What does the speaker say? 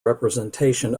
representation